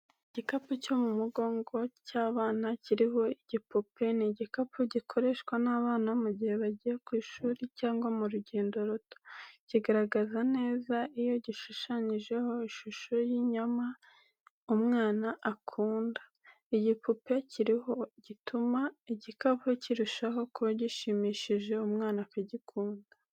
Igikapu cyo mu mugongo cy'abana kiriho igipupe, ni igikapu gikoreshwa n'abana mu gihe bagiye ku ishuri cyangwa mu rugendo ruto. Kigaragara neza iyo gishushanyijeho ishusho y'inyama umwana akunda. Igipupe kiriho gituma igikapu kirushaho kuba gishimishije umwana akagikunda.